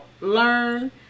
learn